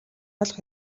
ойлгох